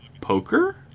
Poker